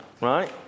Right